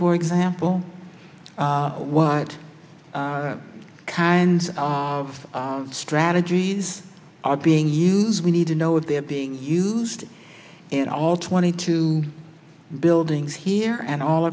for example what kinds of strategies are being used we need to know if they're being used in all twenty two buildings here and all